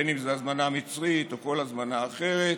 בין שזו הזמנה מצרית או כל הזמנה אחרת.